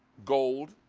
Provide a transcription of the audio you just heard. gold.